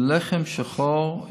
שלחם שחור,